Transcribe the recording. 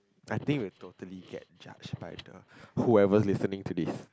I think will totally get judge by the who ever listening to this